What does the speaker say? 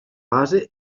base